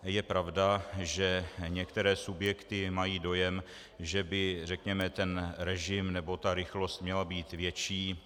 Je pravda, že některé subjekty mají dojem, že by, řekněme, režim nebo rychlost měla být větší.